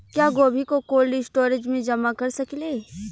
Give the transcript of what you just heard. क्या गोभी को कोल्ड स्टोरेज में जमा कर सकिले?